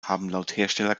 hersteller